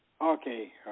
Okay